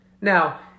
Now